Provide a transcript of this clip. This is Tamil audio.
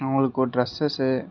அவங்களுக்கு ஒரு டிரஸ்